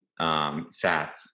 sats